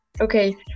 Okay